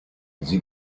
sie